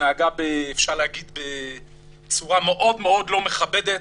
התנהגה בצורה מאוד מאוד לא מכבדת,